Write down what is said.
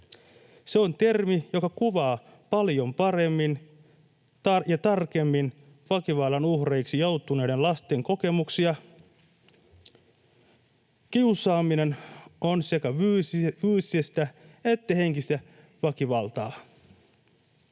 Se on termi, joka kuvaa paljon paremmin ja tarkemmin väkivallan uhreiksi joutuneiden lasten kokemuksia. Kiusaaminen on sekä fyysistä että henkistä väkivaltaa.